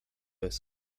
jest